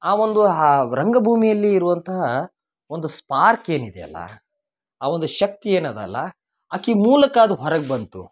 ಆ ಒಂದು ಆ ರಂಗ ಭೂಮಿಯಲ್ಲಿ ಇರುವಂತಹ ಒಂದು ಸ್ಪಾರ್ಕ್ ಏನಿದ್ಯಲ್ಲ ಆ ಒಂದು ಶಕ್ತಿ ಏನದಲ್ಲ ಆಕಿ ಮೂಲಕ ಅದು ಹೊರಗೆ ಬಂತು